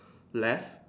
left